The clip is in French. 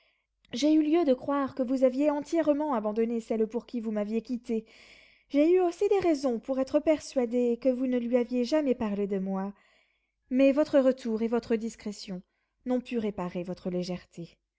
j'ai eu lieu de croire que vous aviez entièrement abandonné celle pour qui vous m'aviez quittée j'ai eu aussi des raisons pour être persuadée que vous ne lui aviez jamais parlé de moi mais votre retour et votre discrétion n'ont pu réparer votre légèreté